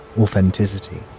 authenticity